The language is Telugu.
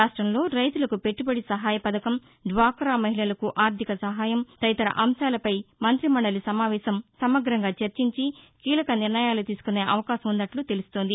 రాష్టంలో రైతులకు పెట్టబడి సహాయ పథకం డ్వాకా మహిళలకు ఆర్థిక సహాయం తదితర అంశాలపై మంతి మండలి సమావేశం సమగ్రంగా చర్చించి కీలక నిర్ణయాలు తీసుకునే అవకాశం వున్నట్లు తెలుస్తోంది